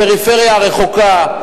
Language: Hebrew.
הפריפריה הרחוקה,